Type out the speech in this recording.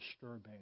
disturbing